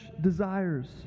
desires